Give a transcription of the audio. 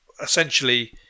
Essentially